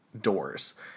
doors